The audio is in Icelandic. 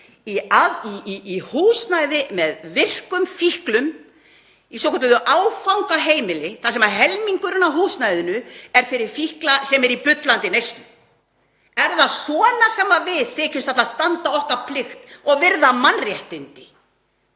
í húsnæði með virkum fíklum á svokölluðu áfangaheimili þar sem helmingurinn af húsnæðinu er fyrir fíkla sem eru í bullandi neyslu. Er það svona sem við þykjumst ætla að standa okkar plikt og virða mannréttindi?